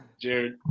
Jared